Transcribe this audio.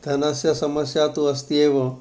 धनस्य समस्या तु अस्ति एव